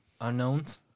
Unknowns